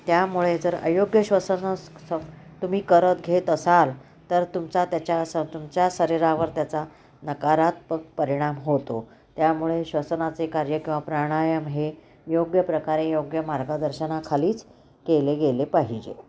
त्यामुळे जर अयोग्य श्वसन स तुम्ही करत घेत असाल तर तुमचा त्याच्या स तुमच्या शरीरावर त्याचा नकारात्मक परिणाम होतो त्यामुळे श्वसनाचे कार्यक प्राणायाम हे योग्य प्रकारे योग्य मार्गदर्शनाखालीच केले गेले पाहिजे